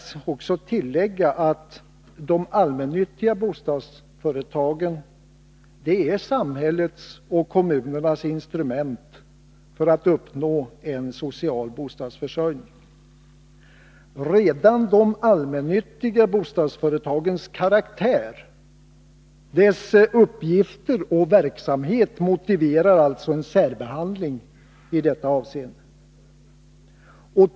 Låt mig också tillägga att de allmännyttiga bostadsföretagen är samhällets och kommunernas instrument för att uppnå en socialt acceptabel bostadsförsörjning. Redan de allmännyttiga bostadsföretagens karaktär, deras uppgifter och verksamhet, motiverar en särbehandling i detta avseende.